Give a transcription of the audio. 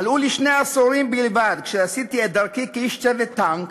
מלאו לי שני עשורים בלבד כשעשיתי את דרכי כאיש צוות טנק